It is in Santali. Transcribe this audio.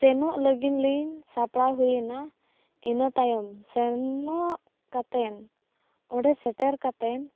ᱥᱮᱱᱚᱜ ᱞᱟᱹᱜᱤᱫ ᱞᱤᱧ ᱥᱟᱯᱲᱟᱣ ᱦᱩᱭᱮᱱᱟ ᱤᱱᱟᱹ ᱛᱟᱭᱚᱢ ᱥᱮᱻᱱᱚᱜ ᱠᱟᱛᱮᱱ ᱚᱸᱰᱮ ᱥᱮᱴᱮᱨ ᱠᱟᱛᱮᱫ